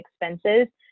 expenses